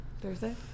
Thursday